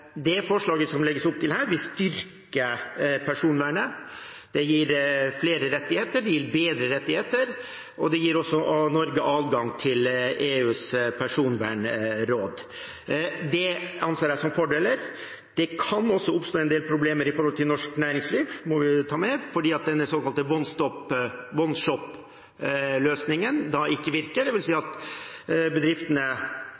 Det forslaget legger opp til her, vil styrke personvernet. Det gir flere rettigheter, det gir bedre rettigheter, og det gir Norge også adgang til EUs personvernråd. Det anser jeg som fordeler. Det kan også oppstå en del problemer for norsk næringsliv fordi den såkalte one-stop-shop-løsningen ikke virker – dvs. at når denne